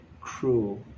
cruel